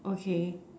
okay